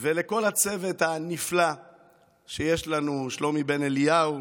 ולכל הצוות הנפלא שיש לנו, שלומי בן אליהו